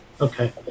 Okay